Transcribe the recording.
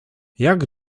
jak